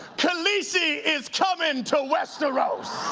khaleesi is coming to westeros.